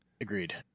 Agreed